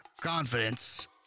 confidence